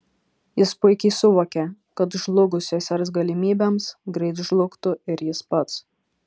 jis puikiai suvokė kad žlugus sesers galimybėms greit žlugtų ir jis pats